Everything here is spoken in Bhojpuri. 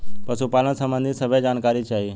पशुपालन सबंधी सभे जानकारी चाही?